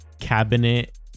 cabinet